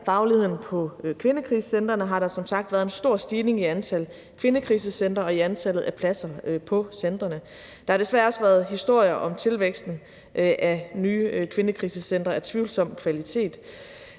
fagligheden på kvindekrisecentrene, har der som sagt været en stor stigning i antallet af kvindekrisecentre og i antallet af pladserne på centrene. Der har desværre også været historier om tilvæksten af nye kvindekrisecentre af tvivlsom kvalitet.